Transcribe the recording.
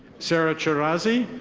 sarah charazi.